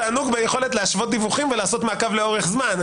תענוג ביכולת להשוות דיווחים ולעשות מעקב לאורך זמן.